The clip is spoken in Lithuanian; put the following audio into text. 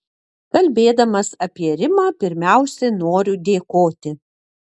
kalbėdamas apie rimą pirmiausia noriu dėkoti